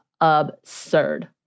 Absurd